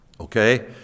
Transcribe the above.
Okay